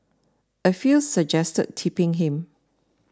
a few suggested tipping him